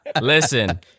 listen